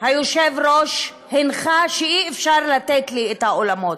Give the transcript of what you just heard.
היושב-ראש הנחה שאי-אפשר לתת לי את האולמות.